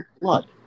blood